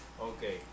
Okay